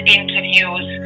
interviews